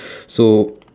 so